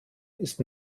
ist